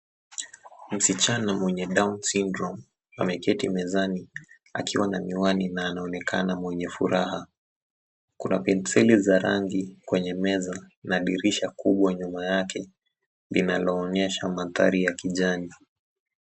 Msichana mwenye cs[down syndrome]cs ameketi mezani akiwa na miwani na anaonekana mwenye furaha. kuna penseli za rangi kwenye meza na dirisha kubwa nyuma yake linaloonyesha mandhari ya kijani.